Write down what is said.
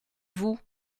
vous